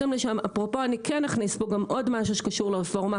אני אכניס לפה גם עוד משהו שקשור לרפורמה